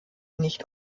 nicht